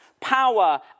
power